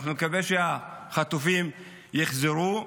אנחנו נקווה שהחטופים יחזרו,